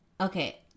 Okay